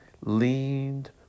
leaned